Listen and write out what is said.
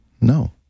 No